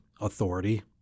authority